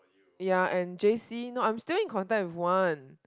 ya and J_C nope I'm still in contact with one